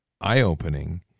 eye-opening